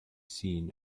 seen